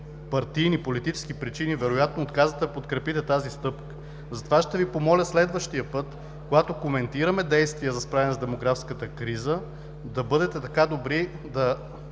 партийни, политически причини вероятно отказвате да подкрепите тази стъпка. Затова ще Ви помоля следващия път, когато коментираме действия за справяне с демографската криза, да бъдете така добри да